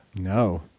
No